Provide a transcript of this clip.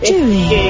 Julie